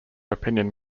opinion